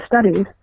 studies